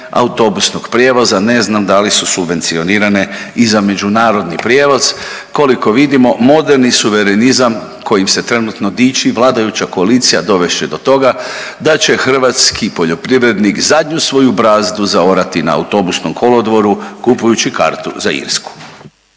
autobusnog prijevoza, ne znam da li su subvencionirane i za međunarodni prijevoz. Koliko vidimo moderni suverenizam kojim se trenutno diči vladajuća koalicija dovest će do toga da će hrvatski poljoprivrednik zadnju svoju brazdu zaorati na autobusnom kolodvoru kupujući kartu za Irsku.